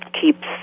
keeps